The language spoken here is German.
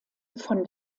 von